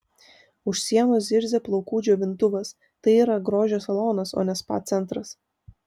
už sienos zirzia plaukų džiovintuvas tai yra grožio salonas o ne spa centras